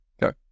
go